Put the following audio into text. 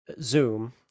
zoom